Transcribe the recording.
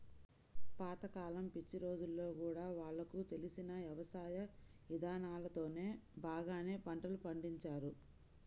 పాత కాలం పిచ్చి రోజుల్లో గూడా వాళ్లకు తెలిసిన యవసాయ ఇదానాలతోనే బాగానే పంటలు పండించారు